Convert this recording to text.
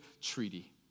treaty